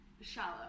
Shallow